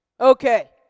okay